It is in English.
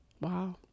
Wow